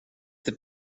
the